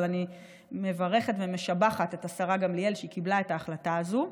אבל אני מברכת ומשבחת את השרה גמליאל על שהיא קיבלה את ההחלטה הזו.